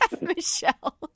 Michelle